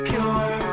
Pure